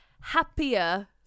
happier